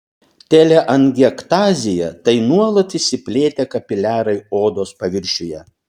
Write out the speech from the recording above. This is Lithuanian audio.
teleangiektazija tai nuolat išsiplėtę kapiliarai odos paviršiuje